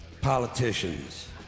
politicians